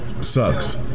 sucks